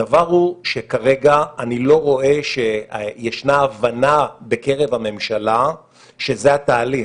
הדבר הוא שכרגע אני לא רואה שישנה הבנה בקרב הממשלה שזה התהליך.